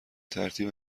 ترتیب